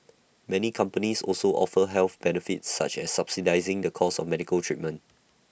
many companies also offer health benefits such as subsidising the cost of medical treatment